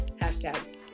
Hashtag